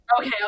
okay